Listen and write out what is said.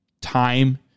time